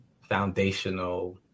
foundational